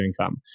income